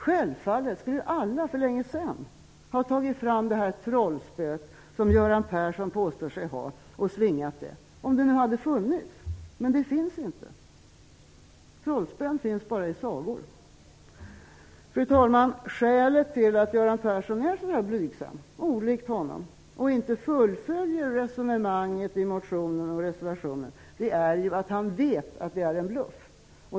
Självfallet skulle vi alla för länge sedan ha tagit fram det trollspö som Göran Persson påstår finns och svingat det -- om det hade funnits. Men det finns inte. Trollspön finns bara i sagor. Fru talman! Skälet till att Göran Persson är så blygsam, vilket är olikt honom, och inte fullföljer resonemanget i motionen och reservationen, är att han vet att det hela är en bluff.